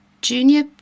junior